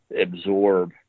absorb